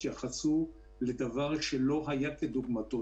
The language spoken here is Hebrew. תתייחסו לזה כדבר שלא היה כדוגמתו,